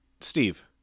Steve